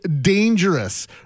dangerous